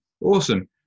Awesome